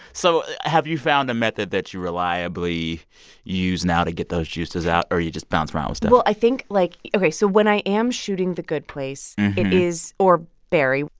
so have you found a method that you reliably use now to get those juices out or you just bounce around with stuff? well, i think, like ok, so when i am shooting the good place, it is or barry.